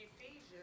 Ephesians